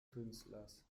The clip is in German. künstlers